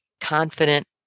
confident